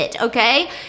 okay